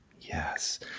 Yes